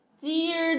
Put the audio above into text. Dear